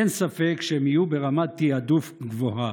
אין ספק שהם יהיו ברמת תיעדוף גבוהה.